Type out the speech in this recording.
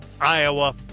Iowa